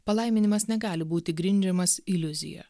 palaiminimas negali būti grindžiamas iliuzija